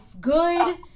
good